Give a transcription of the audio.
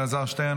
אלעזר שטרן,